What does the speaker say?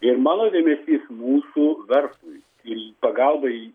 ir mano dėmesys mūsų verslui ir pagalba